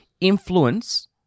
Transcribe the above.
influence